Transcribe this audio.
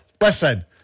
listen